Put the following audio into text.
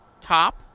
top